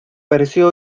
pareció